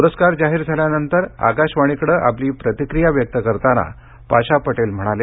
प्रस्कार जाहीर झाल्यानंतर आकाशवाणीकडे आपली प्रतिक्रिया व्यक्त करताना पाशा पटेल म्हणाले